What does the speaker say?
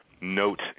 note